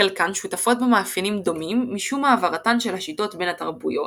חלקן שותפות במאפיינים דומים משום העברתן של השיטות בין התרבויות,